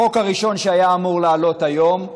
החוק הראשון, שהיה אמור לעלות היום,